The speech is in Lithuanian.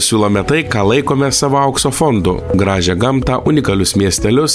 siūlome tai ką laikome savo aukso fondu gražią gamtą unikalius miestelius